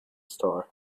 star